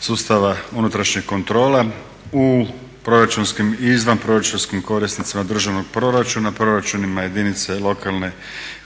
sustava unutrašnjih kontrola u proračunskim i izvan proračunskim korisnicima državnog proračuna, proračunima lokalne,